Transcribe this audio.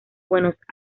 buenos